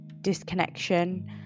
disconnection